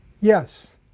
Yes